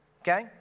okay